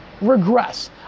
regress